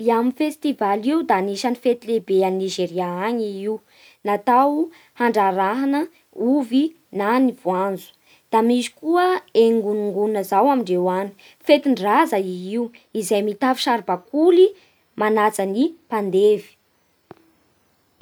Yam festivaly io da anisan'ny fety lehibe a Nizeria agny i io natao handrarahana ovy na ny voanjo. Da misy koa engungun izao amindreo agny; fetin-draza i io izay mitafy saribakoly manaja ny mpandevy.